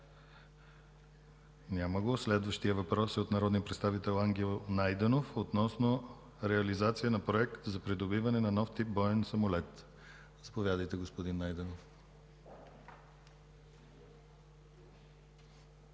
Няма го. Следващият въпрос е от народния представител Ангел Найденов относно реализация на проект за придобиване на нов тип боен самолет. Заповядайте, господин Найденов.